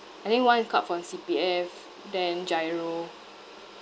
I think one is cut from C_P_F then GIRO